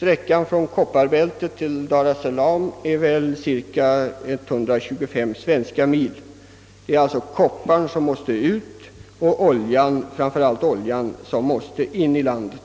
Avståndet från kopparbältet till Dares-Saalam är cirka 125 svenska mil. Det gäller att transportera kopparn som måste ut ur landet och framför allt oljan som måste in i landet.